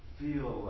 feel